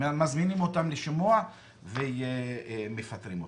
מזמינים אותם לשימוע ומפטרים אותם.